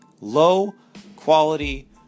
low-quality